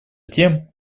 тем